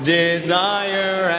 desire